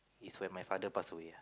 is when my father pass away ah